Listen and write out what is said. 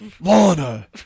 Lana